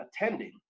attending